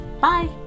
Bye